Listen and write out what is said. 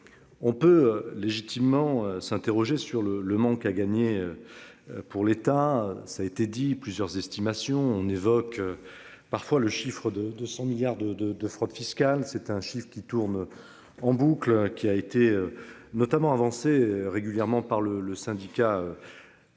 On peut légitimement s'interroger sur le le manque à gagner. Pour l'État, ça a été dit plusieurs estimations on évoque. Parfois le chiffre de 200 milliards de de de fraude fiscale c'est un chiffre qui tourne. En boucle qui a été. Notamment avancé régulièrement par le le syndicat.